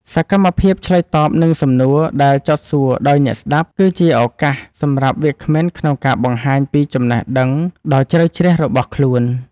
សកម្មភាពឆ្លើយតបនឹងសំណួរដែលចោទសួរដោយអ្នកស្ដាប់ គឺជាឱកាសសម្រាប់វាគ្មិនក្នុងការបង្ហាញពីចំណេះដឹងដ៏ជ្រៅជ្រះរបស់ខ្លួន។